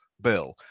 bill